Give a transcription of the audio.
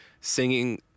singing